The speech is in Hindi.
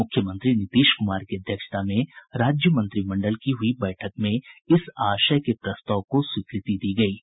मुख्यमंत्री नीतीश कुमार की अध्यक्षता में राज्य मंत्रिमंडल की हुई बैठक में इस आशय के प्रस्ताव को स्वीकृति दी गयी है